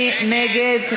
מי נגד?